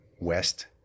west